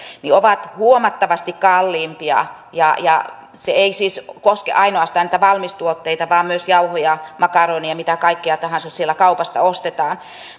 ovat huomattavasti kalliimpia se ei siis koske ainoastaan näitä valmistuotteita vaan myös jauhoja makaronia mitä kaikkea tahansa sieltä kaupasta ostetaan